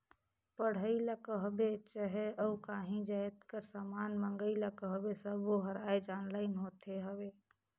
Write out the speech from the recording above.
पढ़ई ल कहबे चहे अउ काहीं जाएत कर समान मंगई ल कहबे सब्बों हर आएज ऑनलाईन होत हवें